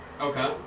Okay